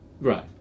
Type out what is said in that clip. Right